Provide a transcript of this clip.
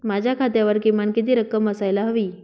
माझ्या खात्यावर किमान किती रक्कम असायला हवी?